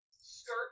skirt